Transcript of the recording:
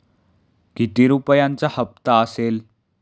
किती रुपयांचा हप्ता असेल?